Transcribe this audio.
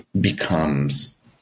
becomes